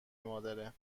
مادره